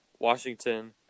Washington